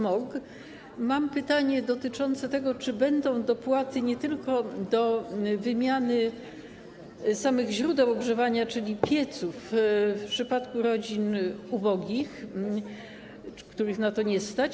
Mam pytanie dotyczące tego, czy będą dopłaty do wymiany samych źródeł ogrzewania, czyli pieców, nie tylko w przypadku rodzin ubogich, których na to nie stać.